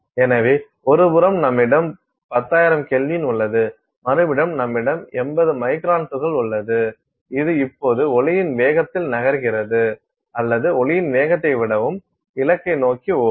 எனவே ஒருபுறம் நம்மிடம் 10000 K உள்ளது மறுபுறம் நம்மிடம் 80 மைக்ரான் துகள் உள்ளது இது இப்போது ஒலியின் வேகத்தில் நகர்கிறது அல்லது ஒலியின் வேகத்தை விடவும் இலக்கை நோக்கி ஓடும்